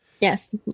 Yes